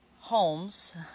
homes